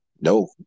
no